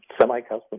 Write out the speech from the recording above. semi-custom